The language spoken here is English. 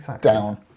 down